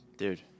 Dude